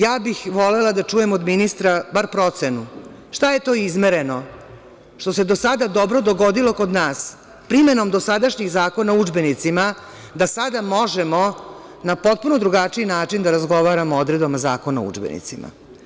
Ja bih volela da čujem od ministra bar procenu šta je to izmereno što se do sada dobro dogodilo kod nas primenom dosadašnjih zakona o udžbenicima da sada možemo na potpuno drugačiji način da razgovaramo o odredbama Zakona o udžbenicima.